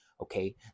okay